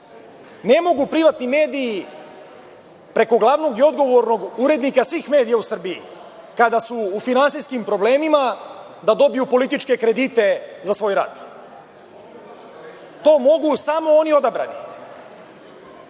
mogu privatni mediji preko glavnog i odgovornog urednika svih medija u Srbiji, kada su u finansijskim problemima, da dobiju političke kredite za svoj rad. To mogu samo oni odabrani,